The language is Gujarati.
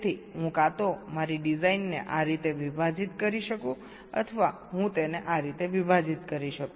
તેથી હું કાં તો મારી ડિઝાઇનને આ રીતે વિભાજીત કરી શકું અથવા હું તેને આ રીતે વિભાજીત કરી શકું